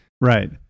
Right